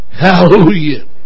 Hallelujah